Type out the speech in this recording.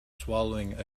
swallowing